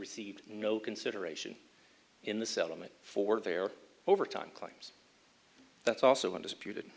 received no consideration in the settlement for their overtime claims that's also undisputed